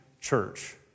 church